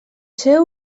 seu